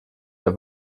der